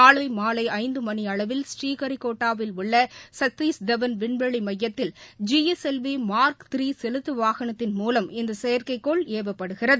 நாளை மாலை ஐந்து மணி அளவில் ஸ்ரீஹரிகோட்டாவில் உள்ள சதிஷ் தவன் விண்வெளி மையத்தில் G L L V mark three செலுத்து வாகனத்தின் மூலம் இந்த செயற்கைக் கோள் ஏவப்படுகிறது